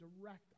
direct